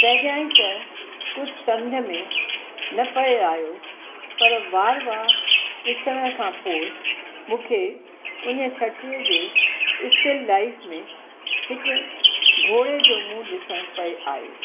पहिरियां ई त कुझु सम्झ में न पिए आयो पर बार बार ॾिसण खां पोइ मूंखे उन छटीह जे स्टिल लाईफ़ में हिक घोड़े जो मुंहं ॾिसण पिए आयो